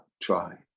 try